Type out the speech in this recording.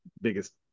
biggest